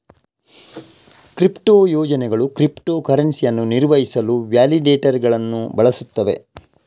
crypto ಯೋಜನೆಗಳು crypto ಕರೆನ್ಸಿಯನ್ನು ನಿರ್ವಹಿಸಲು ವ್ಯಾಲಿಡೇಟರುಗಳನ್ನು ಬಳಸುತ್ತವೆ